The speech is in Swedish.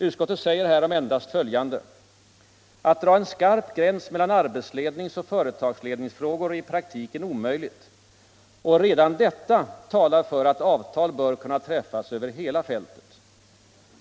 Utskottet säger härom endast följande: ”Att dra en skarp gräns mellan arbetsledningsoch företagsledningsfrågor är i praktiken omöjligt och redan detta talar för att avtal bör kunna träffas över hela fältet.